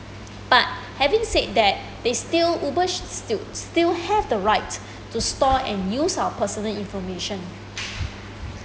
but having said that they still uber s~ sti~ still have the right to store and use our personal information